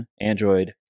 Android